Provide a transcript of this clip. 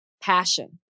passion